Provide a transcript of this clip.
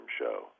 Show